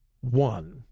one